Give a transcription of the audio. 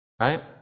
right